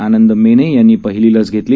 आनंद मेने यांनी पहिली लस घेतली